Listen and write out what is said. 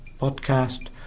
podcast